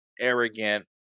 arrogant